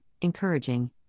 encouraging